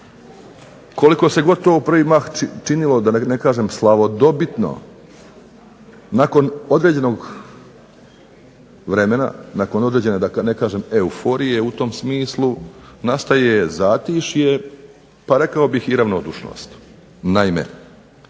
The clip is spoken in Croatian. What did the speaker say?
koliko god se to u prvi mah činilo slavodobitno nakon određenog vremena, nakon određene euforije u tom smislu nastaje zatišje pa rekao bih i ravnodušnost. Ono